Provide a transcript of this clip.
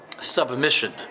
Submission